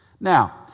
Now